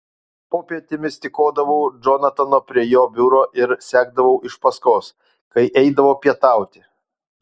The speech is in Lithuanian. popietėmis tykodavau džonatano prie jo biuro ir sekdavau iš paskos kai eidavo pietauti